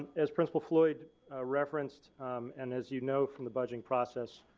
as principal floyd referenced and as you know from the budget process,